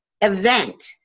event